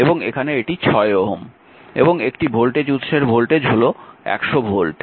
এবং একটি ভোল্টেজ উৎসের ভোল্টেজ হল 100 ভোল্ট